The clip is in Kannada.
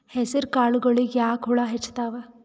ಹೆಸರ ಕಾಳುಗಳಿಗಿ ಯಾಕ ಹುಳ ಹೆಚ್ಚಾತವ?